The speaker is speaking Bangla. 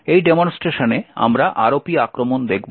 এই ডেমনস্ট্রেশনে আমরা ROP আক্রমণ দেখব